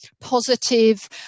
positive